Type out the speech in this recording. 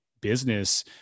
business